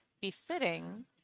befitting